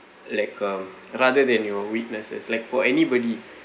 like a rather than your weaknesses like for anybody